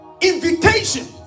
invitation